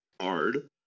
hard